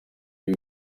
ibi